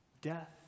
death